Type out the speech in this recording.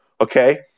okay